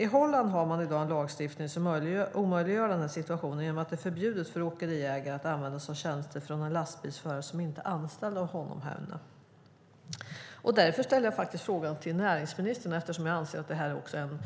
I Holland har man i dag en lagstiftning som omöjliggör denna situation i och med att det är förbjudet för åkeriägare att använda sig av tjänster från en lastbilsförare som inte är anställd av honom eller henne. Jag ställde frågan till näringsministern därför att jag anser att detta också är en